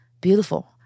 beautiful